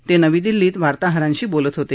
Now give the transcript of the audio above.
ते नवी दिल्लीत वार्ताहरांशी बोलत होते